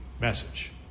message